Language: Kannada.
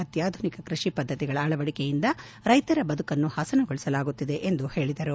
ಅತ್ವಾಧುನಿಕ ಕೃಷಿ ಪದ್ದತಿಗಳ ಅಳವಡಿಕೆಯಿಂದ ರೈತರ ಬದಕನ್ನು ಹಸನಗೊಳಿಸಲಾಗುತ್ತಿದೆ ಎಂದು ಹೇಳಿದರು